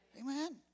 Amen